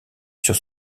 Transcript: sur